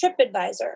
TripAdvisor